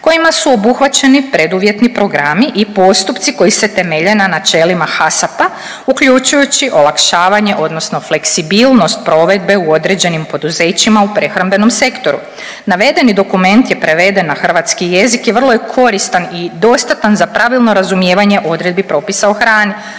kojima su obuhvaćeni pred uvjetni programi i postupci koji se temelje na načelima HACCP uključujući olakšavanje odnosno fleksibilnost provedbe u određenim poduzećima u prehrambenom sektoru. Navedeni dokument je preveden na hrvatski jezik i vrlo je koristan i dostatan za pravilo razumijevanje odredbi propisa o hrani.